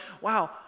wow